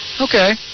okay